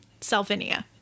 Salvinia